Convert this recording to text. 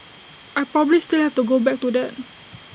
I probably still have to go back to that